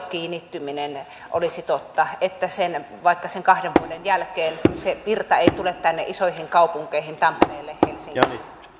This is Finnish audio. kiinnittyminen olisi totta että vaikka sen kahden vuoden jälkeen se virta ei tule tänne isoihin kaupunkeihin tampereelle helsinkiin